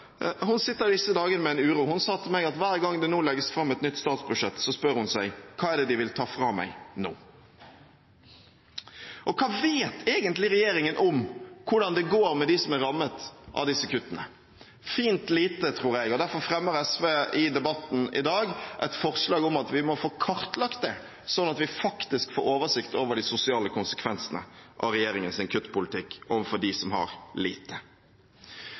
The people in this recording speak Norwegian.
Hun sa til meg at hver gang det legges fram et nytt statsbudsjett, spør hun seg: Hva er det de vil ta fra meg nå? Hva vet egentlig regjeringen om hvordan det går med dem som er rammet av disse kuttene? Fint lite, tror jeg, og derfor fremmer SV i debatten i dag et forslag om at vi må få kartlagt det, sånn at vi faktisk får oversikt over de sosiale konsekvensene av regjeringens kuttpolitikk overfor dem som har lite. Det blå flertallet har rigget skattesystemet for økte forskjeller. Det blir lavere skatt på det de som har